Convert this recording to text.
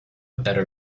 better